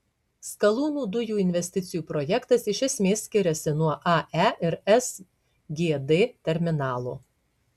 skalūnų dujų investicijų projektas iš esmės skiriasi nuo ae ir sgd terminalo